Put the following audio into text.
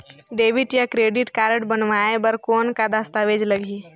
Debit या credit card बनवाय बर कौन का दस्तावेज लगही?